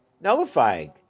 nullifying